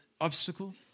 obstacle